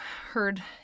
heard